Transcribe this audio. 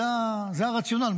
זה הרציונל,